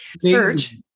Search